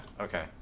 okay